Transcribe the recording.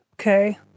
okay